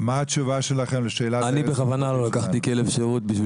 אני בכוונה לא לקחתי כלב שירות.